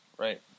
Right